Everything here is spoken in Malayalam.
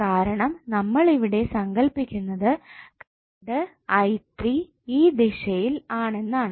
കാരണം നമ്മൾ ഇവിടെ സങ്കല്പിച്ചിരിക്കുന്നത് കറണ്ട് i3 ഈ ദിശയിൽ ആണെന്നാണ്